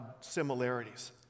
similarities